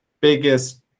biggest